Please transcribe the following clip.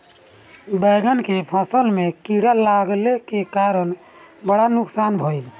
बैंगन के फसल में कीड़ा लगले के कारण बड़ा नुकसान भइल